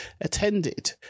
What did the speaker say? attended